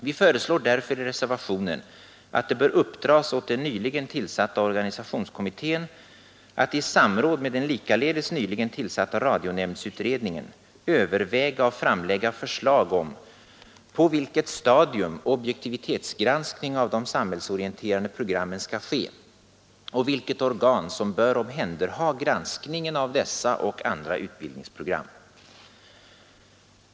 Vi säger därför i reservationen att det bör uppdras åt den nyligen tillsatta organisationskommittén att i samråd med den likaledes nyligen tillsatta radionämndsutredningen överväga och framlägga förslag om, på vilket stadium objektivitetsgranskning av de samhällsorienterande programmen skall ske och vilket organ som bör omhänderha granskningen av dessa och andra utbildningsprogram.